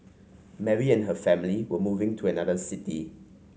Mary and her family were moving to another city